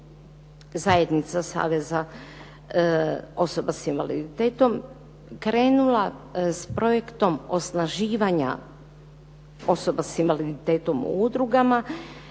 zajednica saveza osoba s invaliditetom krenula s projektom osnaživanja osoba s invaliditetom u udrugama.